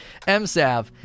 MSav